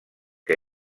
que